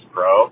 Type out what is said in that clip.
Pro